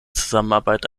zusammenarbeit